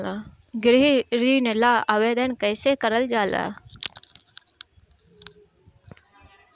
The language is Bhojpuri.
गृह ऋण ला आवेदन कईसे करल जाला?